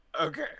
okay